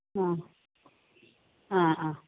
ആ ആ ആ